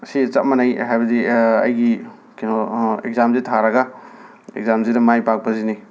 ꯁꯤ ꯆꯞ ꯃꯥꯟꯅꯩ ꯍꯥꯏꯕꯗꯤ ꯑꯩꯒꯤ ꯀꯩꯅꯣ ꯑꯦꯛꯖꯥꯝꯁꯤ ꯊꯥꯔꯒ ꯑꯦꯛꯖꯥꯝꯁꯤꯗ ꯃꯥꯏ ꯄꯥꯛꯄꯁꯤꯅꯤ